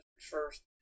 first